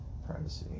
privacy